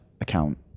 account